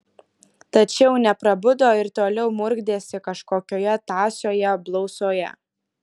tačiau neprabudo ir toliau murkdėsi kažkokioje tąsioje blausoje